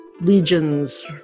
legions